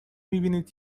میبینید